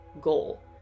goal